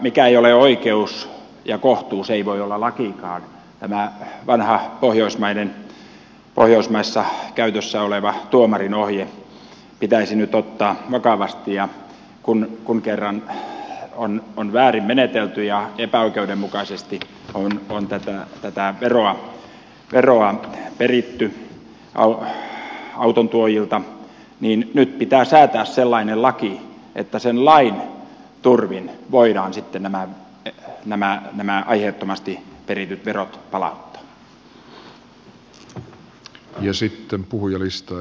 mikä ei ole oikeus ja kohtuus ei voi olla lakikaan tämä vanha pohjoismaissa käytössä oleva tuomarinohje pitäisi nyt ottaa vakavasti ja kun kerran on väärin menetelty ja epäoikeudenmukaisesti on tätä veroa peritty autontuojilta niin nyt pitää säätää sellainen laki että sen lain turvin voidaan sitten nämä aiheettomasti perityt verot palauttaa